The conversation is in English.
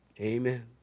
Amen